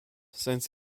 since